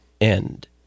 end